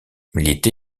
l’été